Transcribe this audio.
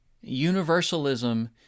universalism